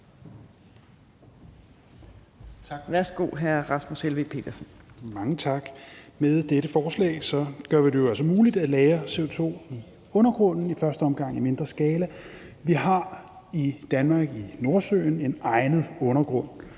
(Ordfører) Rasmus Helveg Petersen (RV): Mange tak. Med dette forslag gør vi det jo altså muligt at lagre CO2 i undergrunden, i første omgang i mindre skala. Vi har i Danmark i Nordsøen en egnet undergrund,